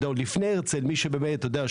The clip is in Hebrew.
אתה יודע,